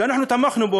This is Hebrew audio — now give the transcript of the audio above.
אנחנו תמכנו בו,